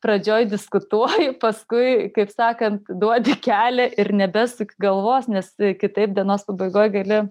pradžioj diskutuoji paskui kaip sakant duodi kelią ir nebesuki galvos nes kitaip dienos pabaigoj gali